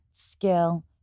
skill